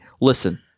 Listen